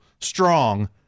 Strong